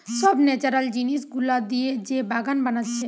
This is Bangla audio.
সব ন্যাচারাল জিনিস গুলা দিয়ে যে বাগান বানাচ্ছে